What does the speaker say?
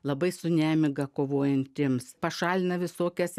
labai su nemiga kovojantiems pašalina visokias